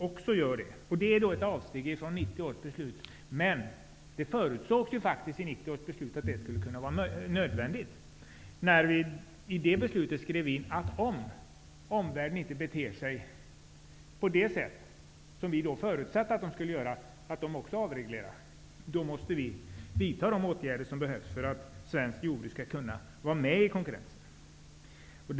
Det är ett avsteg får 1990 års beslut, men det förutsågs ju faktiskt i beslutet att det skulle kunna bli nödvändigt att göra avsteg. Vi skrev där att om man i omvärlden inte beter sig på det sätt som vi då förutsatte att man skulle göra, dvs. att man också där avreglerar, måste vi vidta de åtgärder som behövs för att svenskt jordbruk skall kunna vara med i konkurrensen.